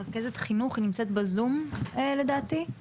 מנהלת חינוך של מרכז הסיוע לנפגעות ונפגעי תקיפה מינית,